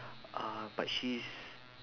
uh but she's